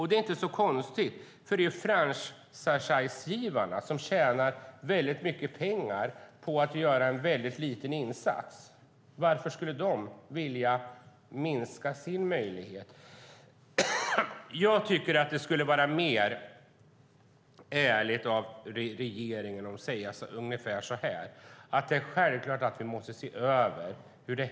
Det är inte så konstigt eftersom det är franchisegivarna som tjänar mycket pengar på att göra en liten insats. Varför skulle de vilja minska sin möjlighet att tjäna pengar? Det skulle vara mer ärligt av regeringen att framföra ungefär följande, nämligen att det är självklart att regeringen ska se över frågan.